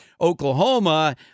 Oklahoma